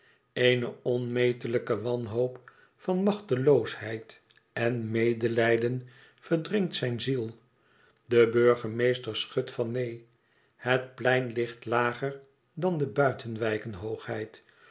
eene onmetelijke wanhoop van machteloosheid en medelijden verdrinkt zijne ziel de burgemeester schudt van neen het plein ligt lager dan de buitenwijken hoogheid